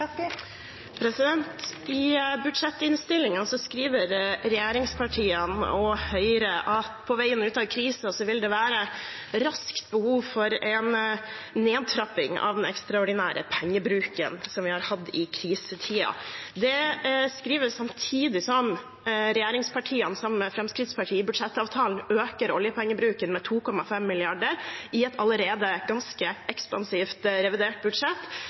I budsjettinnstillingen skriver regjeringspartiene og Høyre at det på veien ut av krisen vil være behov for en rask nedtrapping av den ekstraordinære pengebruken som vi har hatt i krisetiden. Det skrives samtidig som regjeringspartiene, sammen med Fremskrittspartiet i budsjettavtalen, øker oljepengebruken med 2,5 mrd. kr i et allerede ganske ekspansivt revidert budsjett.